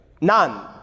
None